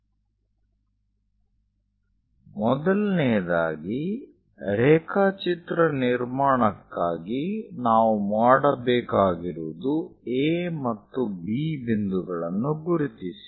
8 ಮೊದಲನೆಯದಾಗಿ ರೇಖಾಚಿತ್ರ ನಿರ್ಮಾಣಕ್ಕಾಗಿ ನಾವು ಮಾಡಬೇಕಾಗಿರುವುದು A ಮತ್ತು B ಬಿಂದುಗಳನ್ನು ಗುರುತಿಸಿ